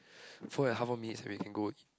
four and half high more minutes then we can go